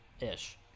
Ish